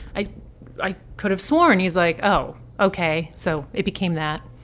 i i could have sworn. he's like, oh, ok. so it became that.